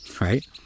right